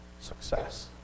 success